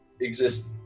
exist